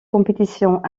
compétitions